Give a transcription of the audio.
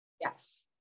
Yes